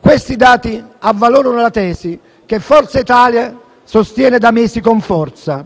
Questi dati avvalorano la tesi che Forza Italia sostiene da mesi con forza: